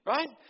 Right